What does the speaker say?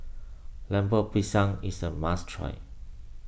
Lemper Pisang is a must try